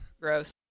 Gross